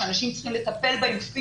אנשים שצריכים לטפל בהם,